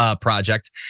project